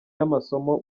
y’amasomo